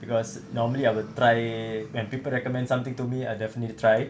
because normally I would try when people recommend something to me I definite need to try